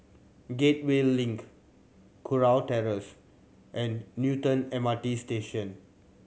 Gateway Link Kurau Terrace and Newton M R T Station